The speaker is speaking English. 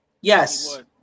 Yes